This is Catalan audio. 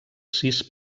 sis